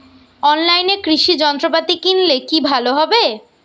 অনলাইনে কৃষি যন্ত্রপাতি কিনলে কি ভালো হবে?